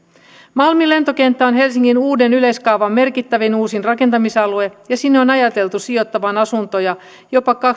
malmin lentokenttä on helsingin uuden yleiskaavan merkittävin uusin rakentamisalue ja sinne on ajateltu sijoitettavan asuntoja jopa